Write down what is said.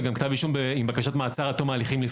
ולפעמים גם כתב אישום עם בקשת מעצר עד תום ההליכים.